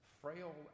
frail